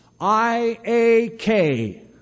I-A-K